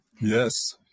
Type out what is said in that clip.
Yes